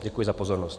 Děkuji za pozornost.